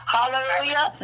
Hallelujah